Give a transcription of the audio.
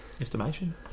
Estimation